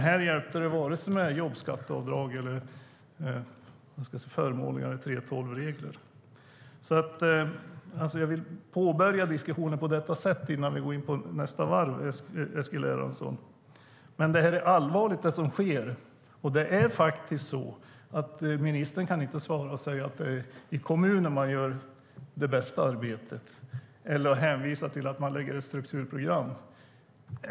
Här hjälpte det inte med vare sig jobbskatteavdrag eller förmånligare 3:12-regler. Jag vill påbörja diskussionen på detta sätt innan vi går in på nästa varv, Eskil Erlandsson. Det som sker är allvarligt. Ministern kan inte svara och säga att det är i kommunen man gör det bästa arbetet eller hänvisa till att man lägger fram strukturprogram.